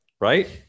Right